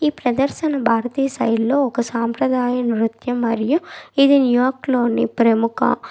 ఈ ప్రదర్శన భారతీయ శైలిలో ఒక సాంప్రదాయ నృత్యం మరియు ఇది న్యూయార్క్ లోని ప్రముఖ